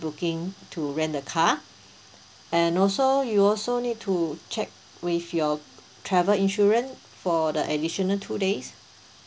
booking to rent the car and also you also need to check with your travel insurance for the additional two days